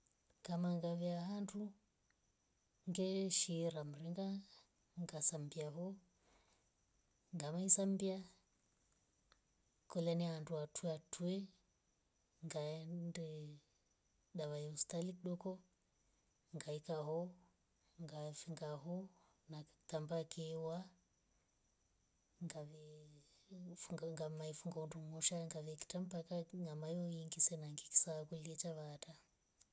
Kama ngaveya handu ngeshira mringa. ngasambya voo ngawesambia. kuleniwa ndwatwa tuwei ngaende davayustali doko ngaeka hoo ngafunga hoo na kitamba kiewa. ngavee funga- ngaama- ifu- undungusha ngave kitampa mpaka ngamoye yekisina nangisa kulya chavahata.